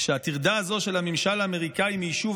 שהטרדה הזאת של הממשל האמריקאי מיישוב